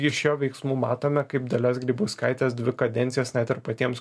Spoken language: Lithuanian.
iš jo veiksmų matome kaip dalios grybauskaitės dvi kadencijos net ir patiems